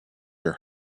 your